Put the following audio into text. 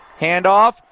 Handoff